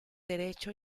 derecho